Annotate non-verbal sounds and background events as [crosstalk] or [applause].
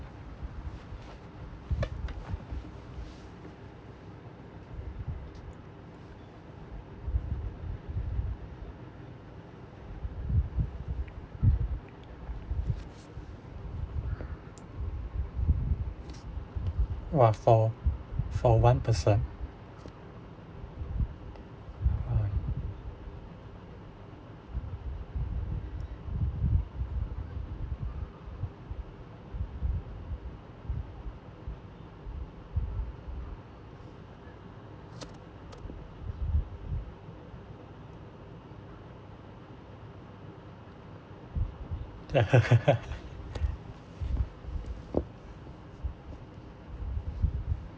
!wah! for for one person [laughs]